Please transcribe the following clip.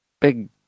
big